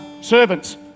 servants